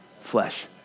flesh